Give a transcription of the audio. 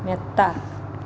മെത്ത